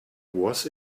was